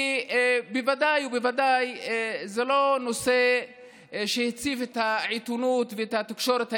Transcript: כי בוודאי ובוודאי זה לא נושא שהעציב את העיתונות ואת התקשורת הישראלית.